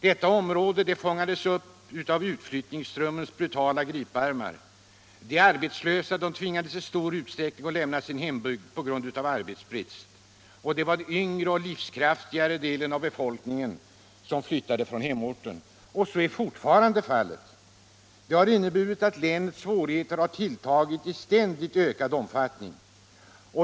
Detta område fångades upp av utflyttningsströmmens brutala griparmar. De arbetslösa tvingades i stor utsträckning att lämna sin hembygd på grund av arbetsbrist. Det var den yngre och livskraftigare delen av befolkningen som flyttade från hemorten. Så är fortfarande fallet. Detta har inneburit att länets svårigheter tilltagit i ständigt ökad omfattning.